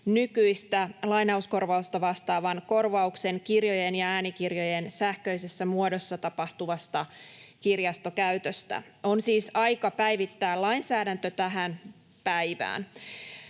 nykyistä lainauskorvausta vastaavan korvauksen kirjojen ja äänikirjojen sähköisessä muodossa tapahtuvasta kirjastokäytöstä. On siis aika päivittää lainsäädäntö tähän päivään.